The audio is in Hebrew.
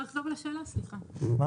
לא,